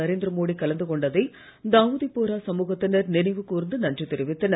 நரேந்திர மோடி கலந்துகொண்டதை தாவூதி போரா சமூகத்தினர் நினைவுகூர்ந்து நன்றி தெரிவித்தனர்